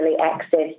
access